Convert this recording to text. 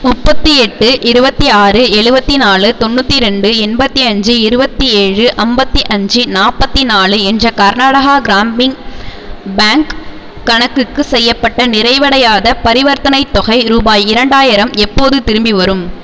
முப்பத்தி எட்டு இருபத்தி ஆறு எழுபத்தி நாலு தொண்ணூற்றி இரண்டு எம்பத்தி அஞ்சு இருபத்தி ஏழு ஐம்பத்தி அஞ்சு நாற்பத்தி நாலு என்ற கர்நாடகா கிராமின் பேங்க் கணக்குக்கு செய்யப்பட்ட நிறைவடையாத பரிவர்த்தனைத் தொகை ரூபாய் இரண்டாயிரம் எப்போது திரும்பிவரும்